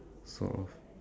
sort of